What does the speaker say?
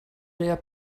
there